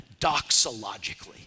doxologically